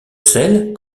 sels